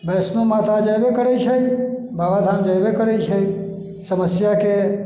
वैष्णो माता जैबे करय छै बाबा धाम जैबे करै छै समस्या के